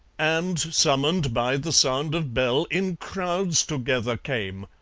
and, summoned by the sound of bell, in crowds together came.